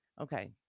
okay